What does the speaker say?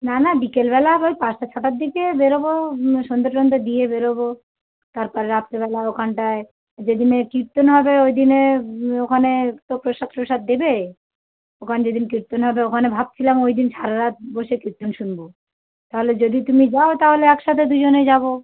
না না বিকেলবেলা ওই পাঁচটা ছটার দিকে বেরবো সন্ধ্যে টন্ধ্যে দিয়ে বেরবো তারপর রাত্রিবেলা ওখানটায় যেদিন এ কীর্তন হবে ওই দিনে ওখানে তো প্রসাদ ট্রসাদ দেবে ওখানে যেদিন কীর্তন হবে ওখানে ভাবছিলাম ওই দিন সারা রাত বসে কীর্তন শুনবো তাহলে যদি তুমি যাও তাহলে একসাথে দুজনে যাবো